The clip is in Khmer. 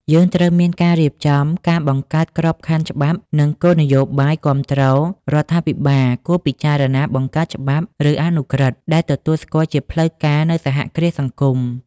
យើងត្រូវមានការរៀបចំ ការបង្កើតក្របខ័ណ្ឌច្បាប់ និងគោលនយោបាយគាំទ្រ រដ្ឋាភិបាលគួរពិចារណាបង្កើតច្បាប់ ឬអនុក្រឹត្យ ដែលទទួលស្គាល់ជាផ្លូវការនូវសហគ្រាសសង្គម ។